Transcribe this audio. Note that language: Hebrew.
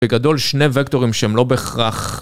בגדול שני וקטורים שהם לא בכרח